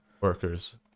Workers